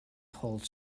whole